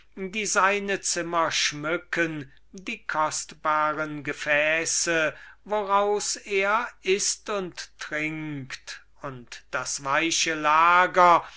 die seine zimmer schmücken die kostbaren gefäße woraus er ißt und trinkt und die weichen lager